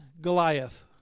Goliath